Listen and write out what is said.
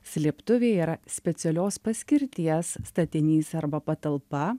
slėptuvė yra specialios paskirties statinys arba patalpa